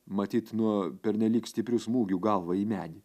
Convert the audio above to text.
matyt nuo pernelyg stiprių smūgių galva į medį